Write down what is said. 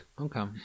Okay